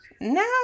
No